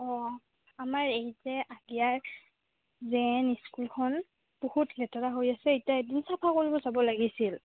অঁ আমাৰ এই যে আকিয়াৰ জে এন স্কুলখন বহুত লেতেৰা হৈ আছে এতিয়া এদিন চাফা কৰিব যাব লাগিছিল